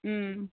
మ్మ్